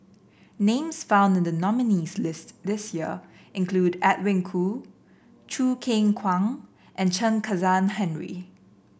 names found in the nominees' list this year include Edwin Koo Choo Keng Kwang and Chen Kezhan Henri